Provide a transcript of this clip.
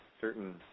certain